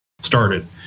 started